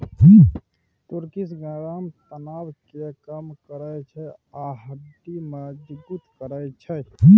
तुर्किश ग्राम तनाब केँ कम करय छै आ हड्डी मजगुत करय छै